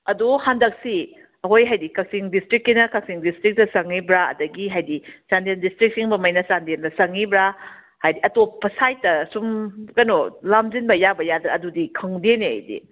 ꯑꯗꯣ ꯍꯟꯗꯛꯁꯤ ꯑꯩꯈꯣꯏ ꯍꯥꯏꯗꯤ ꯀꯛꯆꯤꯡ ꯗꯤꯁꯇ꯭ꯔꯤꯛꯀꯤꯅ ꯀꯛꯆꯤꯡ ꯗꯤꯁꯇ꯭ꯔꯤꯛꯇ ꯆꯪꯉꯤꯕ꯭ꯔꯥ ꯑꯗꯒꯤ ꯍꯥꯏꯗꯤ ꯆꯥꯟꯗꯦꯜ ꯗꯤꯁꯇ꯭ꯔꯤꯛ ꯆꯤꯡꯕ ꯃꯩꯅ ꯆꯥꯟꯗꯦꯜꯗ ꯆꯪꯉꯤꯕ꯭ꯔꯥ ꯍꯥꯏꯗꯤ ꯑꯇꯣꯞꯄ ꯁꯥꯏꯠꯇ ꯁꯨꯝ ꯀꯩꯅꯣ ꯂꯥꯝꯖꯤꯟꯕ ꯌꯥꯕ꯭ꯔꯥ ꯌꯥꯗ ꯑꯗꯨꯗꯤ ꯈꯪꯗꯦꯅꯦ ꯑꯩꯗꯤ